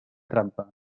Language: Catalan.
trampa